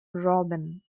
robin